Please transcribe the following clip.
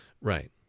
right